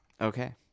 Okay